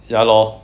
ya lor